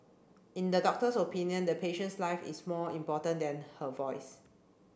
in the doctor's opinion the patient's life is more important than her voice